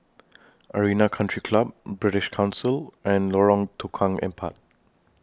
Arena Country Club British Council and Lorong Tukang Empat